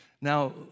Now